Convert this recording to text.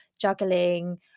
juggling